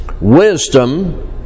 wisdom